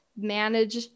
manage